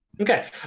Okay